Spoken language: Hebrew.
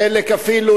חלק אפילו,